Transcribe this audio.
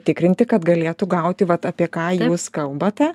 tikrinti kad galėtų gauti vat apie ką jūs kalbate